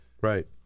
right